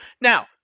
Now